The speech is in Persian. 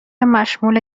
مشمول